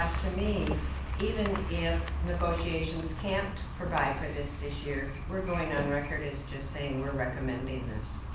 to me even if negotiations can't provide for this, this year, we're going on record as just saying we're recommending this.